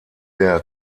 der